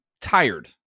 tired